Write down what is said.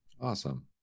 awesome